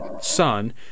son